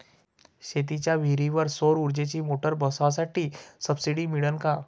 शेतीच्या विहीरीवर सौर ऊर्जेची मोटार बसवासाठी सबसीडी मिळन का?